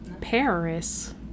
paris